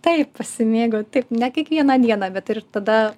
taip pasimėgavau taip ne kiekvieną dieną bet ir tada